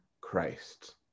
Christ